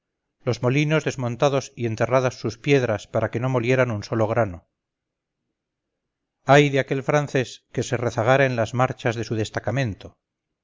los molinos desmontados y enterradas sus piedras para que no molieran un solo grano ay de aquel francés que se rezagara en las marchas de su destacamento